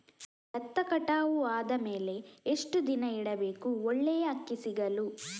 ಭತ್ತ ಕಟಾವು ಆದಮೇಲೆ ಎಷ್ಟು ದಿನ ಇಡಬೇಕು ಒಳ್ಳೆಯ ಅಕ್ಕಿ ಸಿಗಲು?